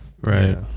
right